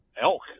elk